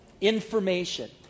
Information